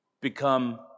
become